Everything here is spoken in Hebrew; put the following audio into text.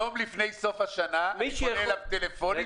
יום לפני סוף השנה אני פונה אליו טלפונית